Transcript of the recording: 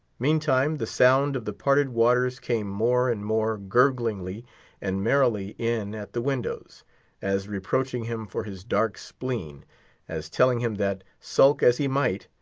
meantime the sound of the parted waters came more and more gurglingly and merrily in at the windows as reproaching him for his dark spleen as telling him that, sulk as he might,